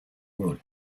world